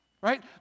right